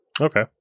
Okay